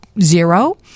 zero